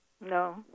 No